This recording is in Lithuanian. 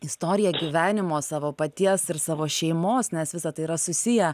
istoriją gyvenimo savo paties ir savo šeimos nes visa tai yra susiję